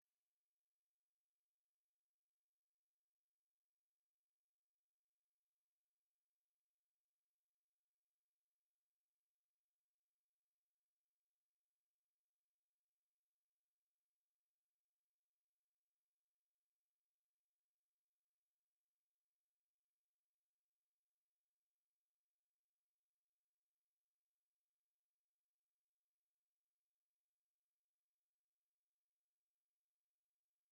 Amanota y’umuziki ni uburyo bwandikwa bwifashishwa mu kugaragaza indirimbo cyangwa amajwi mu buryo bwanditse. Akoreshwa n’abahanzi, abaririmbyi ndetse n’abacuranzi kugira ngo babashe gusobanukirwa uko indirimbo yanditswe no kuyicuranga neza. Amanota aba afite ibimenyetso bigaragaza aho ijwi riri hejuru cyangwa hasi, uburyo ryihuta cyangwa rigenda buhoro. Mu mashuri n’amakorari, amanota y’umuziki afasha kwiga kuririmba no gucuranga bya kinyamwuga.